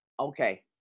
Okay